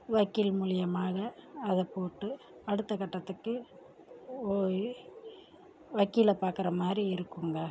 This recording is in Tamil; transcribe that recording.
வக்கீல் மூலயமாக அதை போட்டு அடுத்த கட்டத்துக்கு போய் வக்கீலை பார்க்கற மாதிரி இருக்குங்க